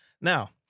Now